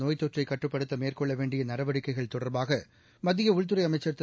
நோய்த்தொற்றைகட்டுப்படுத்தமேற்கொள்ளவேண்டியநடவடிக்கைகள் தொடர்பாகமத்தியஉள்துறைஅமைச்சள் திரு